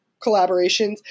collaborations